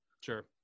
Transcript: Sure